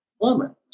woman